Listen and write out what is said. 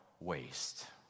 waste